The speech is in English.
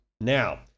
Now